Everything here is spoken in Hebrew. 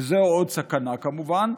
וזו עוד סכנה, כמובן,